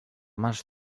març